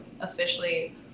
officially